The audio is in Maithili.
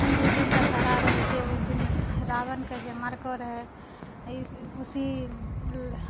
जिस दिन दशहरा रहैत छै उस दिन रावणके जे मारलको रहै उसी